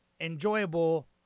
enjoyable